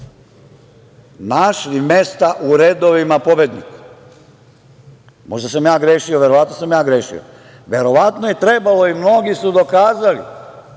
našli mesta u redovima pobednika. Možda sam ja grešio, verovatno jesam, verovatno je trebalo i mnogi su dokazali